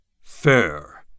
Fair